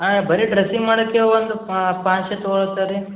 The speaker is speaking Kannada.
ಹಾಂ ಬರೀ ಡ್ರೆಸ್ಸಿಂಗ್ ಮಾಡೋಕೆ ಒಂದು ಪಾನ್ಶೇ ತಗೋಳಿ ಹತ್ತಿರ ರೀ